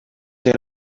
they